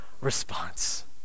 response